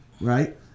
right